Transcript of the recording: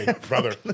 Brother